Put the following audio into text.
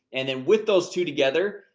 and then with those two together,